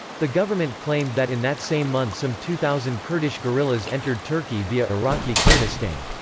the government claimed that in that same month some two thousand kurdish guerrillas entered turkey via iraqi kurdistan.